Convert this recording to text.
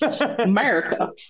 America